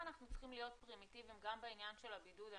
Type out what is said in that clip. אנחנו צריכים להיות פרימיטיביים גם בעניין של הבידוד?